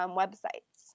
websites